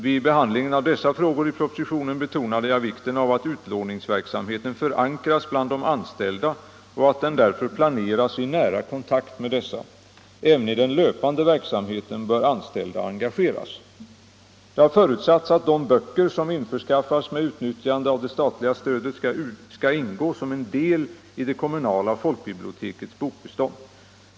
Vid behandlingen av dessa frågor i propositionen betonade jag vikten av att utlåningsverksamheten förankras bland de anställda och att den därför planeras i nära kontakt med dessa. Även i den löpande verksamheten bör anställda engageras. Det har förutsatts att de böcker som införskaffas med utnyttjande av det statliga stödet skall ingå som en del i det kommunala folkbibliotekets bokbestånd.